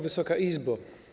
Wysoka Izbo!